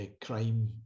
crime